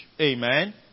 Amen